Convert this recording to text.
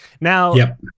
Now